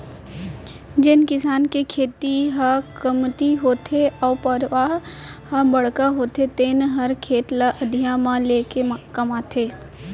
जेन किसान के खेती ह कमती होथे अउ परवार ह बड़का होथे तेने हर खेत ल अधिया म लेके कमाथे